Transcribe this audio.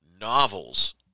novels